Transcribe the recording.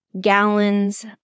gallons